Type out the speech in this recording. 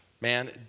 man